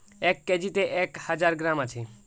এক কেজিতে এক হাজার গ্রাম আছে